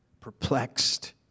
perplexed